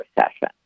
recession